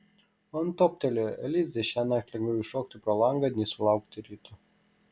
man toptelėjo elizai šiąnakt lengviau iššokti pro langą nei sulaukti ryto